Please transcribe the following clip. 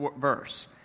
verse